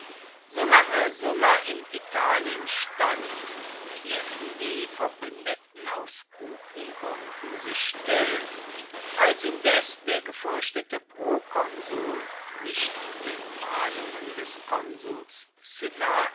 solange sulla in italien stand hielten die verbündeten aus guten gründen sich still als indes der gefürchtete prokonsul nicht den mahnungen des konsuls cinna